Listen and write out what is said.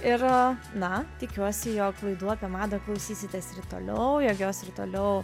ir na tikiuosi jog laidų apie mada klausysitės ir toliau jogjos ir toliau